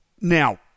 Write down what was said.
Now